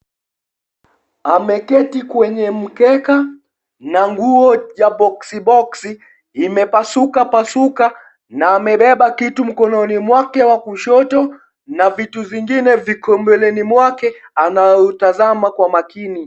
Ameketi kwenye mkeka na nguo ya boksiboksi imepasukapasuka na amebeba kitu mkononi mwake wa kushoto na vitu zingine viko mbeleni mwake anautazama kwa makini.